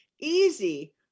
easy